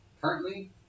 Currently